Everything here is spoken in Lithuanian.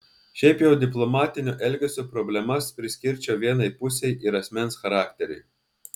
šiaip jau diplomatinio elgesio problemas priskirčiau vienai pusei ir asmens charakteriui